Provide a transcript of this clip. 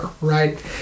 right